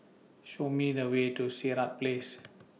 Show Me The Way to Sirat Place